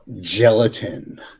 gelatin